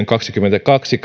kaksikymmentäkaksin